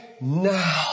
now